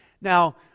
Now